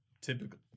typically